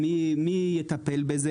מי יטפל בזה?